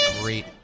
great